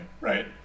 right